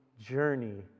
journey